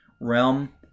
realm